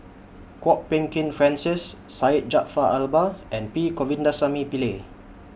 Kwok Peng Kin Francis Syed Jaafar Albar and P Govindasamy Pillai